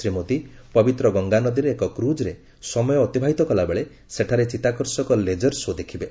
ଶ୍ରୀ ମୋଦି ପବିତ୍ର ଗଙ୍ଗାନଦୀରେ ଏକ କ୍ରଜ୍ରେ ସମୟ ଅତିବାହିତ କଲାବେଳେ ସେଠାରେ ଚିତ୍ତାକର୍ଷକ ଲେଜର୍ ଶୋ' ଦେଖିବେ